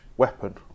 Weapon